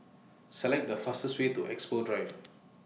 Select The fastest Way to Expo Drive